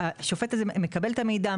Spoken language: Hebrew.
השופט הזה מקבל את המידע.